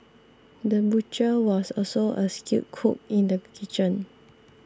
the butcher was also a skilled cook in the kitchen